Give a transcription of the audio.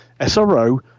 sro